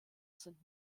sind